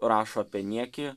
rašo apie niekį